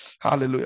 Hallelujah